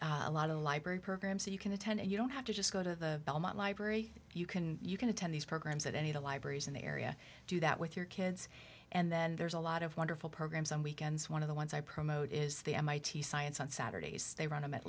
say a lot of the library programs that you can attend and you don't have to just go to the belmont library you can you can attend these programs at any the libraries in the area do that with your kids and then there's a lot of wonderful programs on weekends one of the ones i promote is the mit science on saturdays they run them at